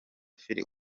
film